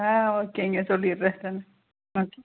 ஆ ஓகேங்க சொல்லிடுறேன் ஆ ஆ ஓகே